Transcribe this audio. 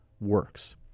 works